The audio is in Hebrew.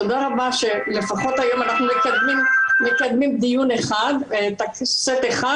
תודה רבה שלפחות היום אנחנו מקדמים סט אחד.